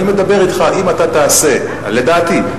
אני מדבר אתך, אם אתה תעשה, לדעתי,